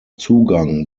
zugang